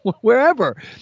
wherever